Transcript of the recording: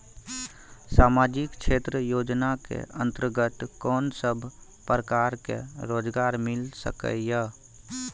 सामाजिक क्षेत्र योजना के अंतर्गत कोन सब प्रकार के रोजगार मिल सके ये?